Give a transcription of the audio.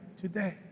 today